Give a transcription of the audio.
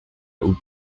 août